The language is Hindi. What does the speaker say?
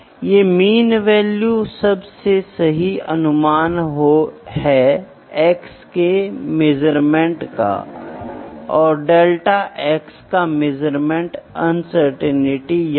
इस पद्धति में प्रारंभिक डिज़ाइन पर आधारित प्रोडक्ट का परीक्षण किया जाता है सटीक होता है और यह सभी फ़िज़िकल क्वांटिटी के कोरिलेटेड मेजरमेंट शामिल करता हैं